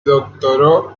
doctoró